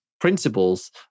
principles